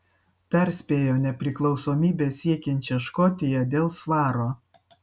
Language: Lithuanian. perspėjo nepriklausomybės siekiančią škotiją dėl svaro